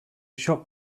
shop